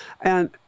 and-